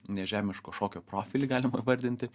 nežemiško šokio profilį galima įvardinti